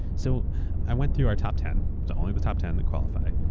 so i went through our top ten, but only the top ten that qualify,